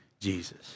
Jesus